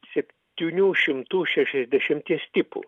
septiunių šimtų šešiasdešimties tipų